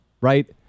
Right